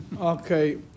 Okay